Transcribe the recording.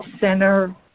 center